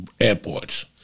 airports